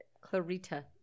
Clarita